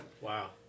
Wow